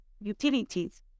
utilities